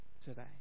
today